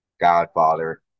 godfather